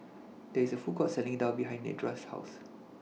There IS A Food Court Selling Daal behind Nedra's House